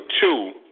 two